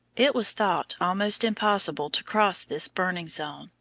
it was thought almost impossible to cross this burning zone,